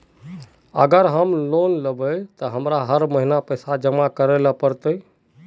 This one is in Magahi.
अगर हम लोन किनले ते की हमरा हर महीना पैसा जमा करे ले पड़ते?